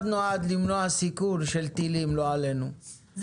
נועד למנוע סיכון של טילים לא עלינו,